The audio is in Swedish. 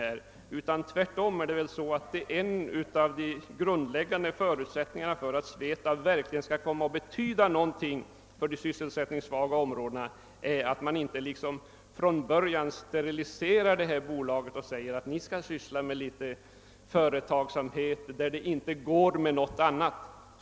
Det är tvärtom en grundläggande förutsättning för att SVETAB skall komma att betyda någonting för de sysselsättningssvaga områdena, att man inte från början steriliserar bolaget så att säga och förklarar att nu skall vi syssla med lite företagsamhet där det inte går med något annat.